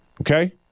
okay